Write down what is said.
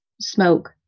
smoke